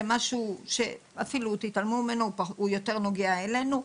זה משהו שאפשר להתעלם ממנו כי הוא יותר נוגע אלינו.